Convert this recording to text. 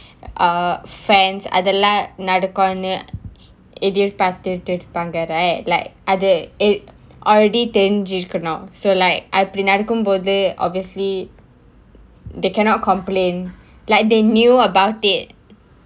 uh friends அதெல்லாம் நடக்குன்னு எதிர்பாத்துட்டு இருப்பாங்க:athellaam nadakunnu ethirpaathuttu irupaanga like வந்து:vanthu it already தெரிஞ்சு இருக்கணும்:therinju irukkanum so like அப்படி நடக்கும் போது:appadi nadakkum pothu obviously they cannot complain like they knew about it